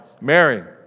Mary